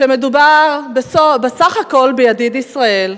שמדובר בסך הכול בידיד ישראל,